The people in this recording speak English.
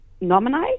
nominate